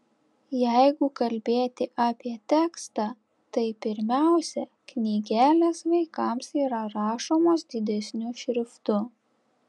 jeigu kalbėti apie tekstą tai pirmiausia knygelės vaikams yra rašomos didesniu šriftu